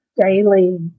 daily